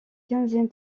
quinzième